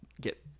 get